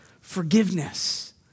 forgiveness